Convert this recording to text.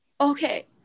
Okay